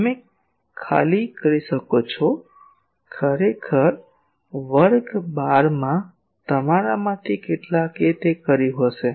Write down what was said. તમે ખાલી કરી શકો છો ખરેખર વર્ગ 12 માં તમારામાંથી કેટલાકએ તે કર્યું હશે